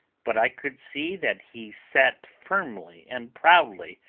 but i could see that he sat firmly and proudly,